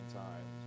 time